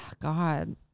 God